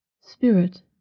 spirit